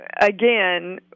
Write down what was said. again